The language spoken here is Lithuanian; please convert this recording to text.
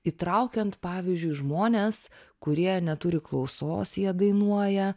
įtraukiant pavyzdžiui žmones kurie neturi klausos jie dainuoja